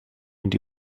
mynd